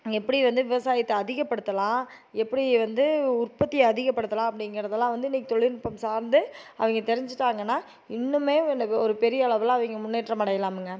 எப்படி வந்து விவசாயத்தை அதிகப்படுத்தலாம் எப்படி வந்து உற்பத்தியை அதிகப்படுத்தலாம் அப்படிங்கிறதுலாம் வந்து இன்னைக்கு தொழில்நுட்பம் சார்ந்து அவங்க தெரிஞ்சிட்டாங்கனா இன்னுமே ஒரு பெரிய அளவில் அவங்க முன்னேற்றம் அடையலாமுங்க